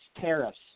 tariffs